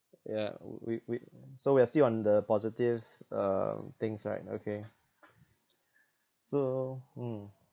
ya we we so we are still on the positive uh things right okay so mm